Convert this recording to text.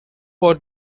for